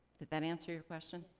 that that answer your question?